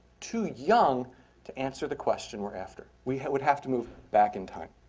too young to answer the question we're after. we would have to move back in time.